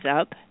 up